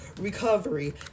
Recovery